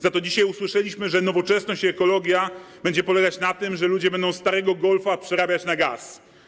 Za to dzisiaj usłyszeliśmy, że nowoczesność i ekologia będą polegać na tym, że ludzie będą starego golfa przerabiać na gaz.